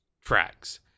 tracks